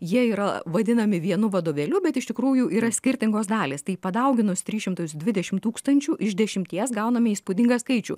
jie yra vadinami vienu vadovėliu bet iš tikrųjų yra skirtingos dalys tai padauginus tris trimtus dvidešimt tūkstančių iš dešimties gauname įspūdingą skaičių